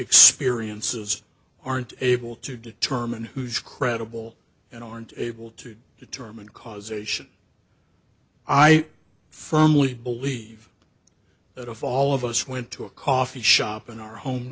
experiences aren't able to determine who's credible and aren't able to determine causation i firmly believe that if all of us went to a coffee shop in our home